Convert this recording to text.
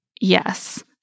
Yes